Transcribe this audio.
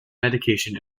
medication